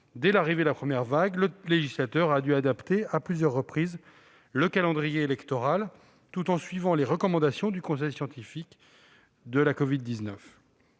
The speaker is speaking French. dès l'arrivée de la première vague, le législateur a dû adapter à plusieurs reprises le calendrier électoral tout en suivant les recommandations du conseil scientifique covid-19.